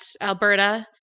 Alberta